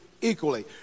equally